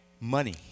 money